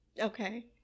Okay